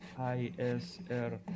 ISR